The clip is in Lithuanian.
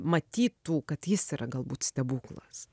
matytų kad jis yra galbūt stebuklas